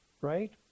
right